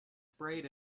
sprayed